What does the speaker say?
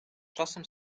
czasem